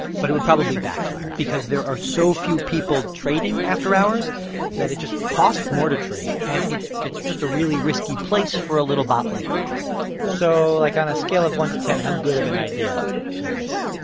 but it would probably backfire because there are so few people trading after hours that it just costs more to trade and it's it's just a really risky place for a little bot like botus so, like, on a scale of one to ten, how good of an idea is this?